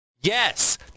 yes